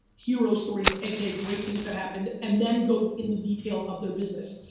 hero stories, a k a, great things that happened, and then go into detail of their business.